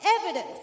evidence